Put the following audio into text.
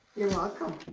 you're welcome.